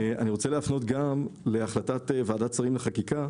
אני רוצה גם להפנות להחלטת ועדת שרים לחקיקה,